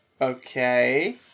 Okay